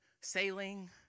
sailing